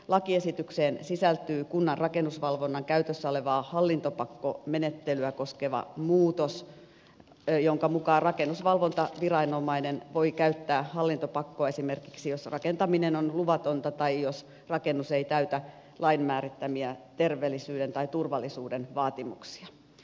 lakiesitykseen sisältyy kunnan rakennusvalvonnan käytössä olevaa hallintopakkomenettelyä koskeva muutos jonka mukaan rakennusvalvontaviranomainen voi käyttää hallintopakkoa esimerkiksi silloin jos rakentaminen on luvatonta tai jos rakennus ei täytä lain määrittämiä terveellisyyden tai turvallisuuden vaatimuksia